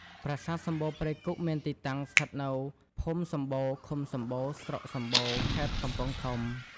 ប្រាសាទសម្បូរព្រៃគុកមានទីតាំងស្ថិតនៅភូមិសម្បូរ ឃុំសម្បូរ ស្រុកសម្បូរ ខេត្តកំពង់ធំ។